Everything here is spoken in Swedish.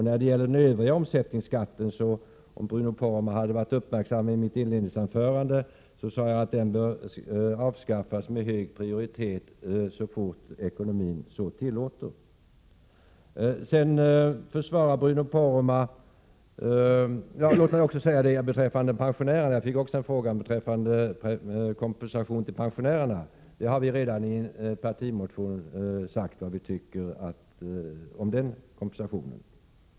När det gäller den övriga omsättningsskatten skulle Bruno Poromaa, om han varit uppmärksam, ha hört att jag i mitt inledningsanförande sade att den med hög prioritet bör avskaffas så fort ekonomin så tillåter. Jag fick också en fråga beträffande kompensationen till pensionärerna. Vi har redan i en partimotion sagt vad vi tycker om den kompensationen.